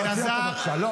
להוציא אותו, בבקשה.